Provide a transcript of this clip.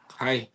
hi